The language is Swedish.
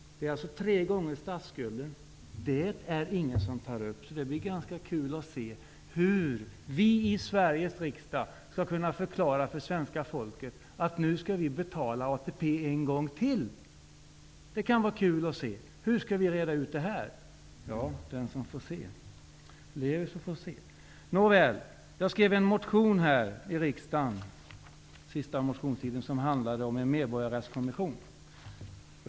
Det är alltså tre gånger statsskulden. Ingen tar upp det. Det blir ganska kul att se hur vi i Sveriges riksdag skall kunna förklara för svenska folket att nu skall vi betala ATP en gång till. Hur skall vi reda ut det här? Den som lever får se. Nåväl, jag skrev en motion under senaste motionstiden som handlade om en medborgarrättskommission.